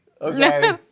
Okay